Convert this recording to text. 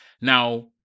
Now